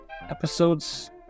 episode's